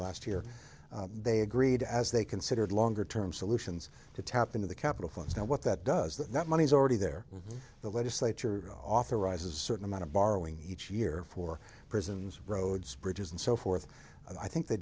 last year they agreed as they considered longer term solutions to tap into the capital funds now what that does that that money is already there in the legislature authorize a certain amount of borrowing each year for prisons roads bridges and so forth i think they